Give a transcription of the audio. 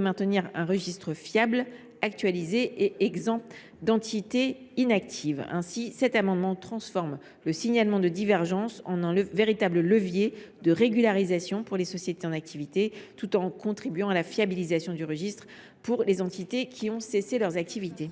maintenant un registre fiable, actualisé et exempt d’entités inactives. Ainsi, cet amendement tend à transformer le signalement de divergences en un véritable levier de régularisation pour les sociétés en activité, tout en contribuant à la fiabilisation du registre pour les entités qui ont cessé leurs activités.